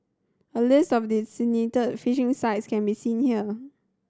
a list of designated fishing sites can be seen here